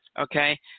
Okay